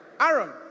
Aaron